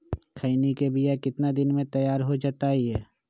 खैनी के बिया कितना दिन मे तैयार हो जताइए?